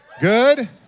Good